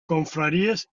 confraries